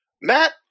Matt